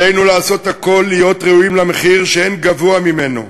עלינו לעשות הכול כדי להיות ראויים למחיר שאין גבוה ממנו.